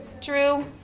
True